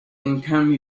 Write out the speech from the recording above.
income